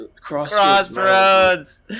Crossroads